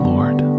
Lord